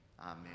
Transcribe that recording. Amen